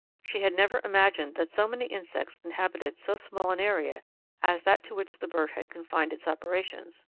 she had never imagined that so many insects inhabited so small an area as that to which the bird had confined its operations.